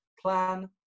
plan